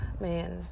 Man